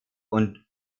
und